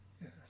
Yes